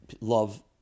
love